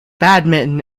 badminton